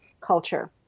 culture